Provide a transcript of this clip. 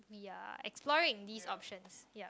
ya exploring these options yup